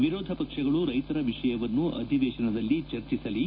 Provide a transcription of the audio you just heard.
ವಿರೋಧ ಪಕ್ಷಗಳು ರೈತರ ವಿಷಯವನ್ನು ಅಧಿವೇಶನದಲ್ಲಿ ಚರ್ಚೆಸಲಿ